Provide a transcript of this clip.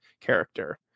character